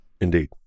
Indeed